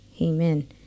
Amen